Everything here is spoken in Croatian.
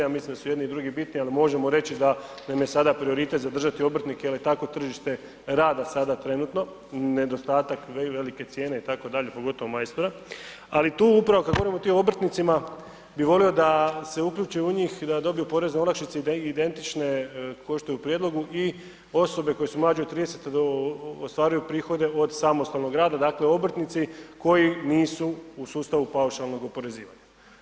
Ja mislim da su jedni i drugi bitni, ali možemo reći da nam je sada prioritet zadržati obrtnike jer je takvo tržište rada sada trenutno, nedostatak velike cijene itd., pogotovo majstora, ali tu upravo kada govorimo o tim obrtnicima bi volio da se uključe u njih i da dobiju porezne olakšice identične ko što je u prijedlogu i osobe koje su mlađe od 30-te do, ostvaruju prihode od samostalnog rada, dakle obrtnici koji nisu u sustavu paušalnog oporezivanja.